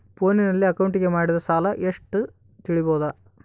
ಫೋನಿನಲ್ಲಿ ಅಕೌಂಟಿಗೆ ಮಾಡಿದ ಸಾಲ ಎಷ್ಟು ತಿಳೇಬೋದ?